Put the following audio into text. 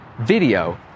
video